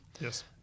Yes